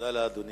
תודה לאדוני.